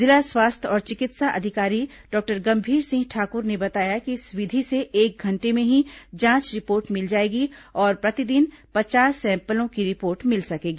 जिला स्वास्थ्य और चिकित्सा अधिकारी डॉक्टर गंभीर सिंह ठाकुर ने बताया कि इस विधि से एक घंटे में ही जांच रिपोर्ट मिल जाएगी और प्रतिदिन पचास सैंपलों की रिपोर्ट मिल सकेगी